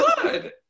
Good